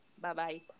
Bye-bye